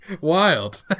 Wild